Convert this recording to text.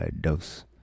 dose